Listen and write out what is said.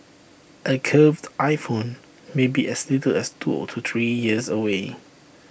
A curved iPhone may be as little as two to three years away